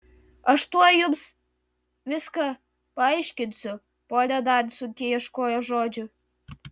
aš tuoj jums viską paaiškinsiu ponia dan sunkiai ieškojo žodžių